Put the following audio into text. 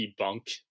debunk